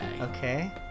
Okay